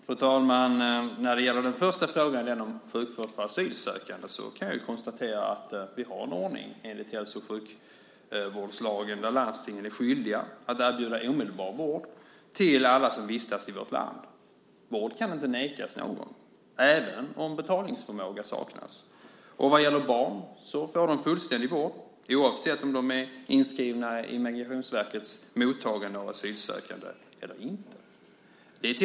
Fru talman! När det gäller den första frågan, den om sjukvård för asylsökande, kan jag konstatera att vi har en ordning enligt hälso och sjukvårdslagen där landstingen är skyldiga att erbjuda omedelbar vård till alla som vistas i vårt land. Vård kan inte nekas någon även om betalningsförmåga saknas. Barn får fullständig vård oavsett om de är inskrivna i Migrationsverkets mottagande av asylsökande eller inte.